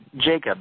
Jacob